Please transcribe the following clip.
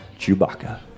Chewbacca